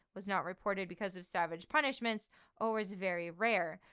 was not reported because of savage punishments or is very rare.